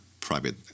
private